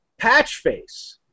Patchface